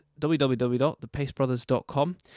www.thepacebrothers.com